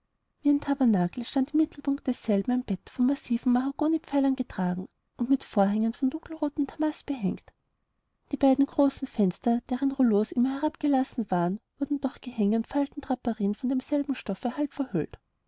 ein tabernakel stand im mittelpunkt desselben ein bett von massiven mahagonipfeilern getragen und mit vorhängen von dunkelrotem damast behängt die beiden großen fenster deren rouleaux immer herabgelassen waren wurden durch gehänge und faltendraperien vom selben stoffe halb verhüllt